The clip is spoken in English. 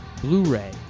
Blu-ray